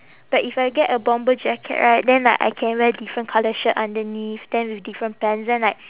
but if I get a bomber jacket right then like I can wear different colour shirt underneath then with different pants then like